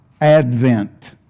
Advent